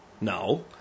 No